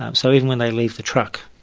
um so even when they leave the truck,